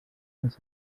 els